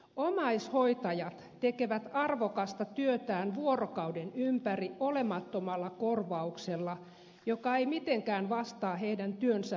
omaishoitajat tekevät arvokasta työtään vuorokauden ympäri olemattomalla korvauksella joka ei mitenkään vastaa heidän työnsä raskautta